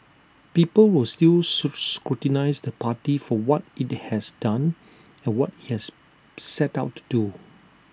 people will still scrutinise the party for what IT has done and what IT has set out to do